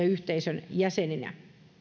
yhteisön jäseninä